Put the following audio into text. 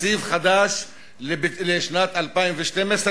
תקציב חדש לשנת 2012,